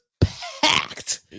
packed